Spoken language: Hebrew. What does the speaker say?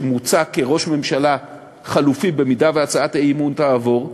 שמוצע כראש הממשלה החלופי אם הצעת האי-אמון תעבור,